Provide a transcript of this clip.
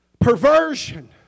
Perversion